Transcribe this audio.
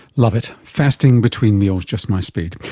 love it. fasting between meals, just my speed!